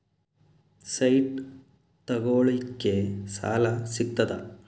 Site ತಗೋಳಿಕ್ಕೆ ಸಾಲಾ ಸಿಗ್ತದಾ?